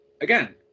again